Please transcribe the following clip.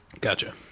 gotcha